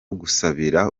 gusabira